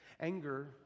Anger